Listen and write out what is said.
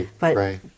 right